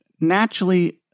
naturally